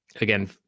again